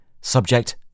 Subject